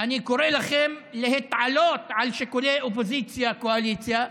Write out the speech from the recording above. אני קורא לכם להתעלות מעל שיקולי אופוזיציה קואליציה.